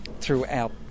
throughout